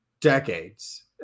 decades